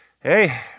hey